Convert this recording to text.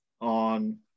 on